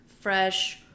fresh